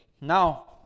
Now